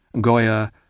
Goya